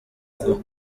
rwo